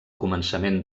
començament